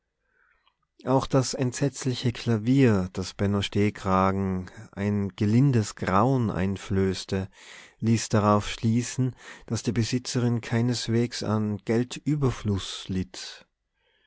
auch das entsetzliche klavier das benno stehkragen ein gelindes grauen einflößte ließ darauf schließen daß die besitzerin keineswegs an geldüberfluß litt